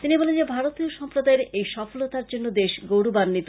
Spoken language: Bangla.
তিনি বলেন যে ভারতীয় সম্পদায়ের এই সফলতার জন্য দেশ গৌরবান্বিত